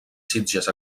sitges